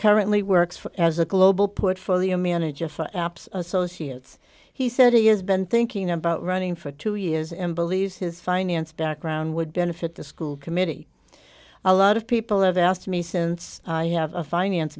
currently works for as a global portfolio manager for ops associates he said he has been thinking about running for two years and believes his finance background would benefit the school committee a lot of people have asked me since i have a finance